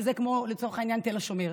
כמו למשל תל השומר.